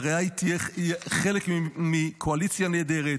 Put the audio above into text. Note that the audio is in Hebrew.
הרי היית חלק מקואליציה נהדרת,